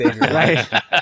Right